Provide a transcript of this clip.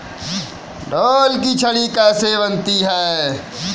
ढोल की छड़ी कैसे बनती है?